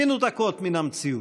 מנותקות מן המציאות?